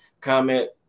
comment